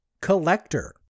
Collector